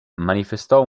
manifestò